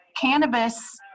cannabis